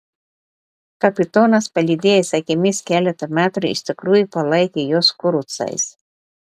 kapitonas palydėjęs akimis keletą metrų iš tikrųjų palaikė juos kurucais